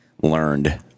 Learned